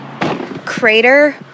Crater